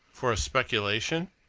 for a speculation?